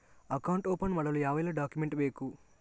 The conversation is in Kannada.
ಅಕೌಂಟ್ ಓಪನ್ ಮಾಡಲು ಯಾವೆಲ್ಲ ಡಾಕ್ಯುಮೆಂಟ್ ಬೇಕು?